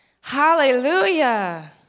Hallelujah